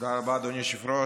תודה רבה, אדוני היושב-ראש.